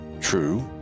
True